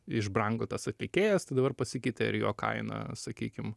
išbrango tas atlikėjas tai dabar pasikeitė ir jo kaina sakykim